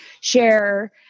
share